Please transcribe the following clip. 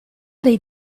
dei